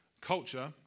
culture